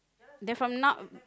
then from now